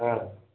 ହଁ